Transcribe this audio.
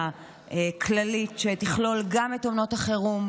כללית שתכלול גם את אומנות החירום,